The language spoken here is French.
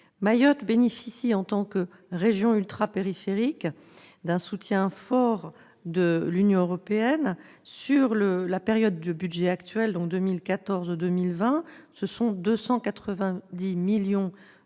Mayotte bénéficie en tant que région ultrapériphérique d'un soutien fort de l'Union européenne sur la période de budget actuel, 2014-2020. Ce sont ainsi 290 millions